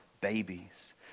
babies